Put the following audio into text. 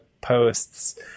posts